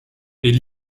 est